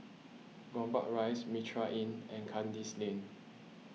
Gombak Rise Mitraa Inn and Kandis Lane